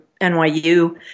nyu